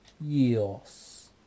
Yes